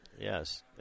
yes